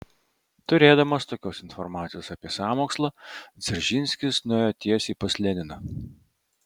turėdamas tokios informacijos apie sąmokslą dzeržinskis nuėjo tiesiai pas leniną